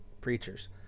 preachers